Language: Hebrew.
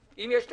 אם יש תקציב,